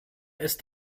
ist